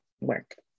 work